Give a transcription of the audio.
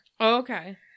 okay